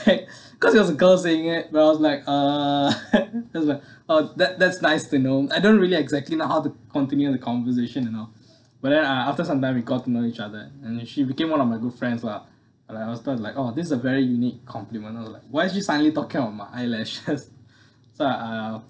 cause it was a girl saying it then I was like uh I was like oh that that's nice to know I don't really exactly know how to continue the conversation you know but then ah after sometime we got to know each other and then she became one of my good friends lah like last time like oh this is a very unique complement uh like why she suddenly talking about my eyelash so I uh